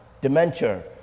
dementia